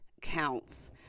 counts